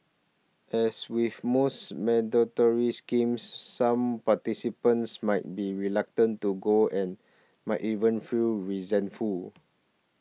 as with most mandatory schemes some participants might be reluctant to go and might even feel resentful